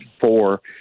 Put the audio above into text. four